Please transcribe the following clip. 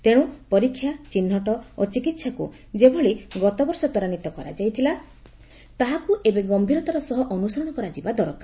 ତେଣ୍ ପରୀକ୍ଷା ଚିହ୍ନଟ ଓ ଚିକିତ୍ସାକୁ ଯେଭଳି ଗତବର୍ଷ ତ୍ୱରାନ୍ୱିତ କରାଯାଇଥିଲା ତାହାକୁ ଏବେ ଗମ୍ଭୀରତାର ସହ ଅନୁସରଣ କରାଯିବା ଦରକାର